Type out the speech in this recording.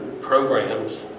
programs